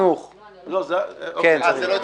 אין נמנעים,